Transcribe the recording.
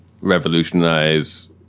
revolutionize